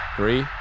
Three